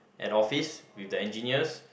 at office with the engineers